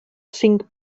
cinc